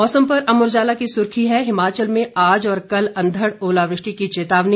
मौसम पर अमर उजाला की सुर्खी है हिमाचल में आज और कल अंधड़ ओलावृष्टि की चेतावनी